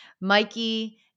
Mikey